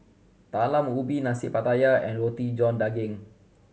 Talam Ubi Nasi Pattaya and Roti John Daging